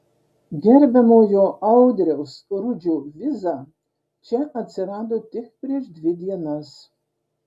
gerbiamojo audriaus rudžio viza čia atsirado tik prieš dvi dienas